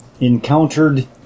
encountered